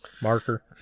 Marker